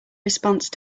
response